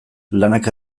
lanak